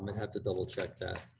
have to double check that.